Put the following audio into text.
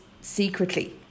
secretly